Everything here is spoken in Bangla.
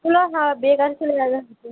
হলো হ্যাঁ বেকার চলে গেল শুধু